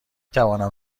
توانم